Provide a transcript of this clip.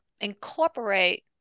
incorporate